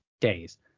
days